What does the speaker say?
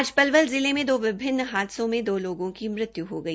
आज पलवल जिले में दो विभिन्न हादसों में दो लोगों की मृत्यू हो गई